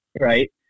right